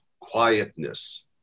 quietness